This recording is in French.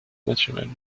naturels